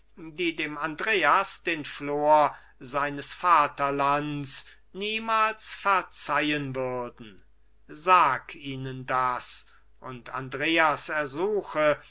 die dem andreas den flor seines vaterlands niemals verzeihen würden sag ihnen das und andreas ersuche